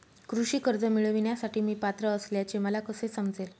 कृषी कर्ज मिळविण्यासाठी मी पात्र असल्याचे मला कसे समजेल?